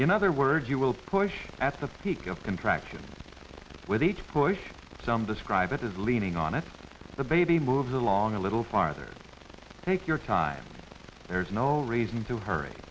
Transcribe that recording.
in other words you will push at the peak of contractions with each push some describe it is leaning on it and the baby moves along a little farther take your time there is no reason to hurry